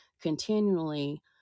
continually